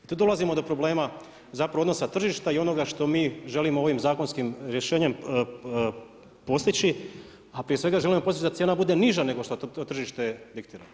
Tu dolazimo do problema zapravo odnosa tržišta i onoga što mi želimo ovim zakonskim rješenjem postići, a prije svega želimo postići da cijena bude niže nego što to tržište diktira.